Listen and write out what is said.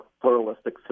pluralistic